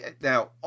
now